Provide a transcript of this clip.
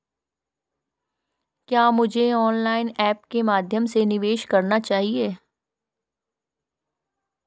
क्या मुझे online apps के माध्यम से निवेश करना चाहिए?